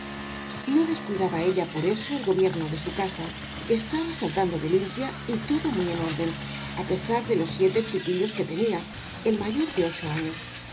no descuidaba ella por eso el gobierno de su casa que estaba saltando de limpia y todo muy en orden á pesar de los siete chiquillos que tenía el mayor de ocho años